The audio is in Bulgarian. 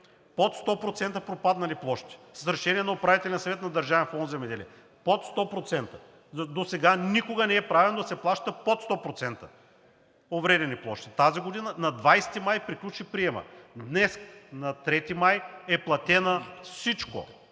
под 100% пропаднали площи с решение на Управителния съвет на Държавен фонд „Земеделие“. Под 100%! Досега никога не е правено да се плаща под 100% повредени площи. Тази година на 20 май приключи приемът. Днес, на 3 юни 2022 г., е платено всичко.